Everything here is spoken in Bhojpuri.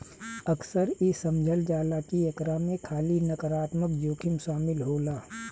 अक्सर इ समझल जाला की एकरा में खाली नकारात्मक जोखिम शामिल होला